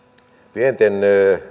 pienten